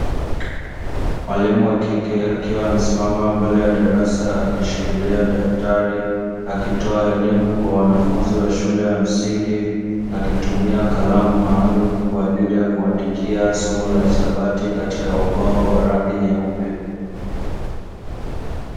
Mwalimu wa kike akiwa amesimama mbele ya darasa akishikiria daftari, akitoa elimu kwa wanafunzi wa shule ya msingi. Akitumia kalamu maalumu kwa ajili ya kuandikia somo la hisabati katika ubao wa rangi nyeupe.